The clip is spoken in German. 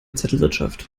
zettelwirtschaft